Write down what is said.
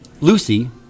Lucy